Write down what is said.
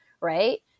right